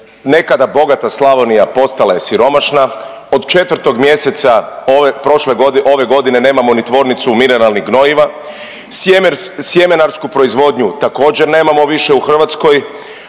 nekada bogata Slavonija postala je siromašna, od 4. mjesec ove, prošle godine, ove godine nemamo ni tvornicu mineralnih gnojiva, sjeme, sjemenarsku proizvodnju također nemamo više u Hrvatskoj,